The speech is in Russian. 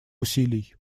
усилий